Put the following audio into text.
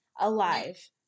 alive